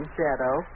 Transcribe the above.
Shadow